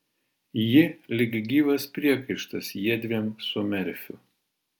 ji lyg gyvas priekaištas jiedviem su merfiu